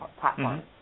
platform